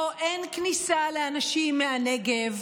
או אין כניסה לאנשים מהנגב,